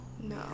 no